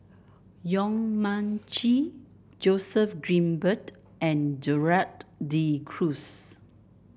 Yong Mun Chee Joseph Grimberg and Gerald De Cruz